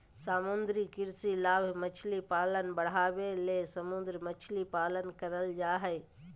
समुद्री कृषि लाभ मछली पालन बढ़ाबे ले समुद्र मछली पालन करल जय हइ